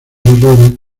errores